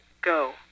go